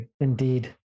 Indeed